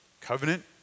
Covenant